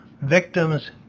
victim's